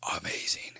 amazing